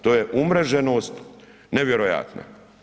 To je umreženost nevjerojatna.